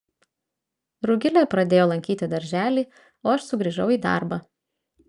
rugilė pradėjo lankyti darželį o aš sugrįžau į darbą